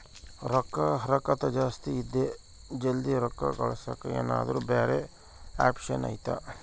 ರೊಕ್ಕದ ಹರಕತ್ತ ಜಾಸ್ತಿ ಇದೆ ಜಲ್ದಿ ರೊಕ್ಕ ಕಳಸಕ್ಕೆ ಏನಾರ ಬ್ಯಾರೆ ಆಪ್ಷನ್ ಐತಿ?